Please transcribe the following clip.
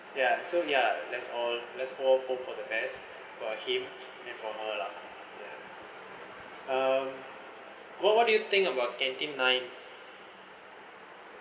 ya so ya that's all let's all hope for the best for him and for her lah um what what do you think about canteen nine